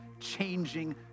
changing